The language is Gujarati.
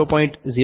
તેથી આ 0